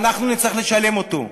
ואנחנו נצטרך לשלם אותו,